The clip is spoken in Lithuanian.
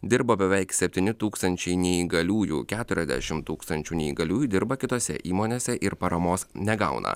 dirbo beveik septyni tūkstančiai neįgaliųjų keturiasdešimt tūkstančių neįgaliųjų dirba kitose įmonėse ir paramos negauna